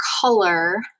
color